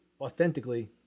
authentically